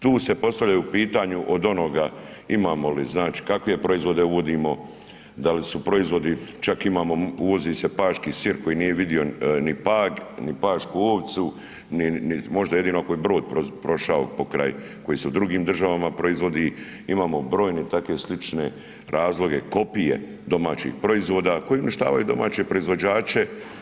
Tu se postavljaju pitanja od onoga, imamo li znači kakve proizvode uvodimo, da li su proizvodi čak imamo, uvozi se paški sir koji nije vidio ni Pag, ni pašku ovcu, možda jedino ako je brod prošao pokraj, koji se u drugim državama proizvodi, imamo brojne takve slične razloge kopije domaćih proizvoda koji uništavaju domaće proizvođače.